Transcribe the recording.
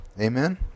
Amen